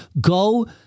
Go